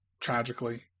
tragically